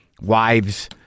wives